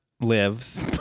lives